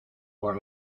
por